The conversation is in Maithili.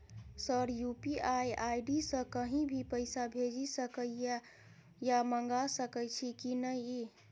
सर यु.पी.आई आई.डी सँ कहि भी पैसा भेजि सकै या मंगा सकै छी की न ई?